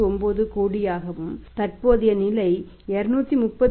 99 கோடியாகவும் தற்போதைய நிலை 231